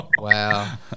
Wow